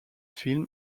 film